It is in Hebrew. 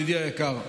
ידידי היקר,